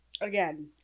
again